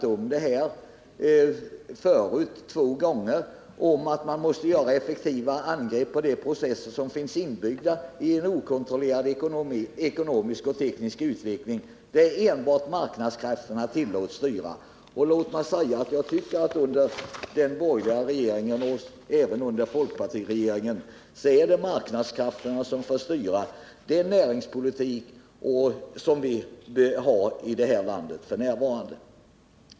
Jag har tidigare två gånger sagt att man måste göra effektiva angrepp på de processer som finns inbyggda i en okontrollerad ekonomisk och teknisk utveckling, där enbart marknadskrafterna tillåts styra. Låt mig säga att jag tycker att det under trepartiregeringen och även under folkpartiregeringen är marknadskrafterna som fått styra den näringspolitik som vi har i vårt land f. n.